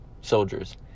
soldiers